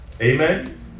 Amen